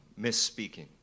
misspeaking